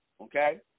Okay